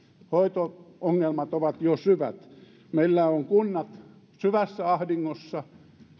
hoito ongelmat ovat jo syvät meillä on kunnat syvässä ahdingossa